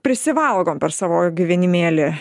prisivalgom per savo gyvenimėlį